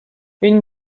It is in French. une